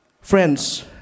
Friends